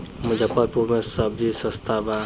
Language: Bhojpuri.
मुजफ्फरपुर में सबजी सस्ता बा